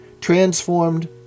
transformed